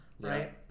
right